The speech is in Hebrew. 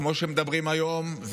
כמו שמדברים היום,